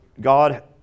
God